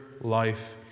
life